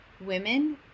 women